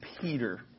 Peter